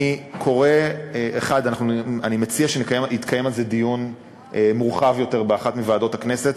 אני מציע שיתקיים על זה דיון מורחב יותר באחת מוועדות הכנסת.